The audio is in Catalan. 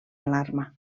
alarma